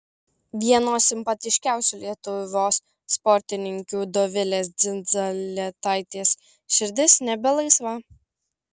vienos simpatiškiausių lietuvos sportininkių dovilės dzindzaletaitės širdis nebe laisva